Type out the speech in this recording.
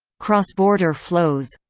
cross-border flows